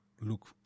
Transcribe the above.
look